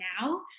now